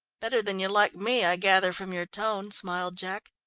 better than you like me, i gather from your tone, smiled jack.